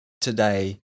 today